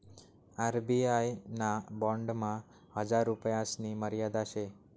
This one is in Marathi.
आर.बी.आय ना बॉन्डमा हजार रुपयासनी मर्यादा शे